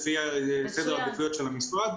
לפי סדר העדיפויות של המשרד.